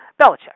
Belichick